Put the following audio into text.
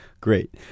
Great